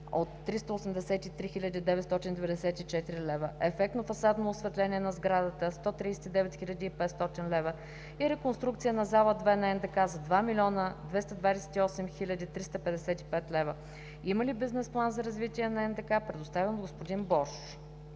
– 383 994 лв.; ефектно фасадно осветление на сградата на НДК – 139 500 лв. и реконструкцията на зала 2 на НДК – за 2 228 355 лв.; има ли бизнес план за развитие на НДК, предоставен от господин Боршош?